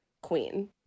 queen